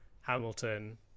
Hamilton